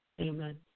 Amen